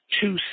two